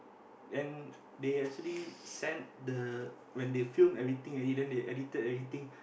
and they actually send the when they film everything already then they edited everything